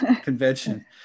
convention